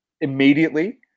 immediately